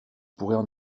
pourrait